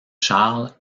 charles